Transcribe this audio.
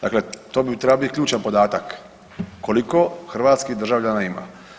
Dakle, to bi, treba bit ključan podatak, koliko hrvatskih državljana ima.